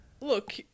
Look